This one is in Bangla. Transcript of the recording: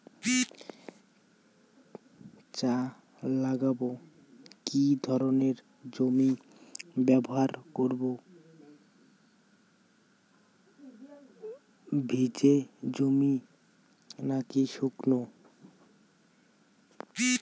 চা লাগাবো কি ধরনের জমি ব্যবহার করব ভিজে জমি নাকি শুকনো?